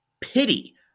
pity